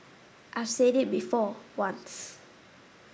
I've said it before once